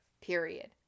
period